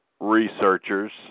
researchers